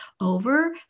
over